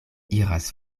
iras